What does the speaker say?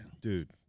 Dude